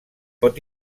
pot